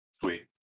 Sweet